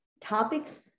topics